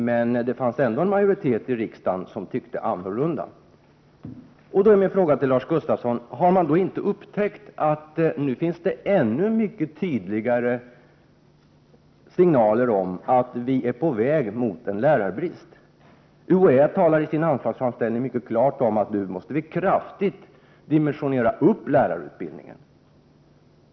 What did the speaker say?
Men det fanns ändå en majoritet i riksdagen som tyckte annorlunda. Jag frågar Lars Gustafsson: Har man inte upptäckt att det nu finns ännu tydligare signaler om att vi är på väg mot en lärarbrist? UHÄ talar i sin anslagsframställan mycket klart om att vi nu kraftigt måste öka dimensioneringen av lärarutbildningen.